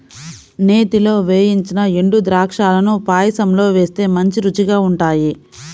నేతిలో వేయించిన ఎండుద్రాక్షాలను పాయసంలో వేస్తే మంచి రుచిగా ఉంటాయి